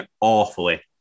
awfully